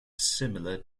similar